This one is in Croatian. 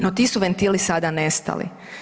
No si tu ventili sada nestali.